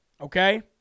Okay